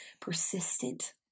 persistent